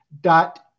dot